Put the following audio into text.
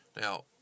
Now